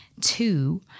Two